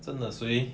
真的谁